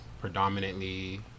predominantly